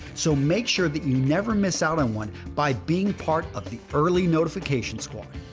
so make sure that you never miss out on one by being part of the early notification squad.